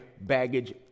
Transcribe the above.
baggage